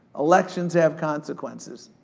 elections have consequences.